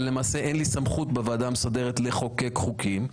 אבל למעשה אין לי סמכות בוועדה מסדרת לחוקק חוקים.